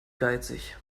geizig